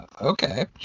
okay